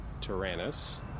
Tyrannus